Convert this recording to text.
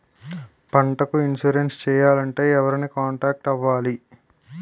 పంటకు ఇన్సురెన్స్ చేయాలంటే ఎవరిని కాంటాక్ట్ అవ్వాలి?